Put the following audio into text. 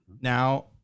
Now